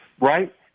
right